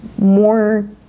more